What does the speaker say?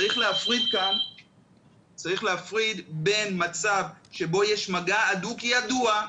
צריך להפריד בין מצב שבו יש מגע הדוק ידוע,